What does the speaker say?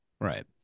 right